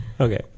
Okay